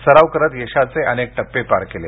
सराव करत यशाचे अनेक टप्पे पार केले